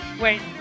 Wait